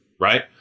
right